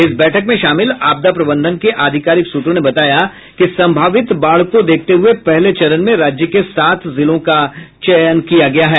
इस बैठक में शामिल आपदा प्रबंधन के अधिकारिक सूत्रों ने बताया कि संभावित बाढ़ को देखते हुये पहले चरण में राज्य के सात जिलों का चयन किया गया है